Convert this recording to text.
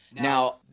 now